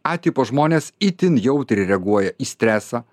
a tipo žmonės itin jautriai reaguoja į stresą